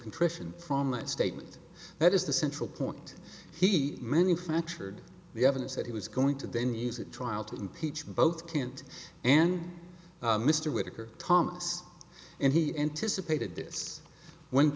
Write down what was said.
contrition from a statement that is the central point he manufactured the evidence that he was going to then use that trial to impeach both can't and mr whitaker thomas and he anticipated this when